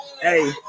Hey